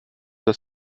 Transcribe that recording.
das